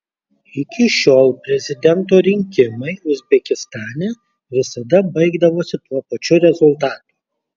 iki šiol prezidento rinkimai uzbekistane visada baigdavosi tuo pačiu rezultatu